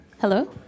Hello